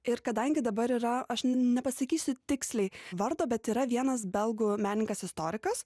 ir kadangi dabar yra aš nepasakysiu tiksliai vardo bet yra vienas belgų menininkas istorikas